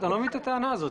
אני לא מבין את הטענה הזאת.